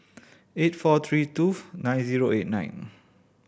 eight four three two nine zero eight nine